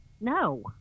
No